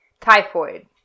Typhoid